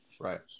Right